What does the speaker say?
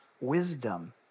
wisdom